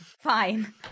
Fine